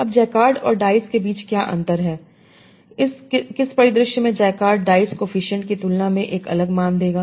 अब जैकार्ड और डाइस के बीच अंतर क्या है किस परिदृश्य में जैककार्ड डाइस कोएफिसिएंट की तुलना में एक अलग मान देगा